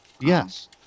Yes